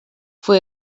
fue